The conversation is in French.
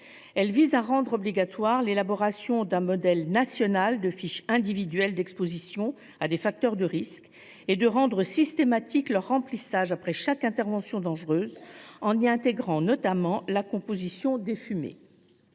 Elle vise à rendre obligatoire la mise au point d’un modèle national de fiche individuelle d’exposition à des facteurs de risque et à rendre systématique le renseignement d’une telle fiche après chaque intervention dangereuse, en y intégrant notamment la composition des fumées.